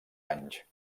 anys